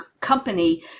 company